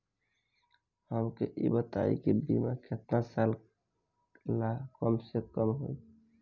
हमके ई बताई कि बीमा केतना साल ला कम से कम होई?